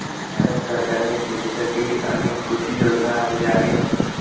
भारत सरकारने शेतीसाठी अनेक कृषी योजना आणल्या आहेत